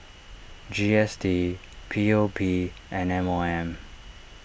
G S T P O P and M O M